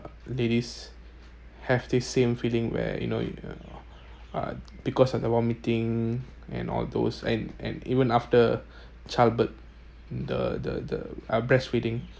ladies have this same feeling where you know uh because of the vomiting and all those and and even after childbirth the the the uh breastfeeding